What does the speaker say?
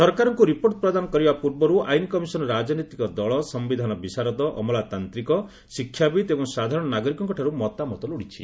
ସରକାରଙ୍କୁ ରିପୋର୍ଟ ପ୍ରଦାନ କରିବା ପୂର୍ବରୁ ଆଇନ କମିଶନ୍ ରଜନୈତିକ ଦଳ ସୟିଧାନ ବିଶାରଦ ଅମଲାତାନ୍ତିକ ଶିକ୍ଷାବିତ୍ ଏବଂ ସାଧାରଣ ନାଗରିକଙ୍କଠାରୁ ମତାମତ ଲୋଡ଼ିଛି